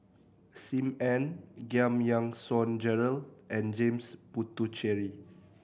Sim Ann Giam Yean Song Gerald and James Puthucheary